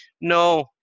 no